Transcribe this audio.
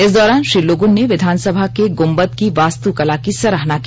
इस दौरान श्री लुगुन ने विधानसभा के गुंबद की वास्तुकला की सराहना की